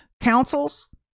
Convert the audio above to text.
councils